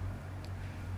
orh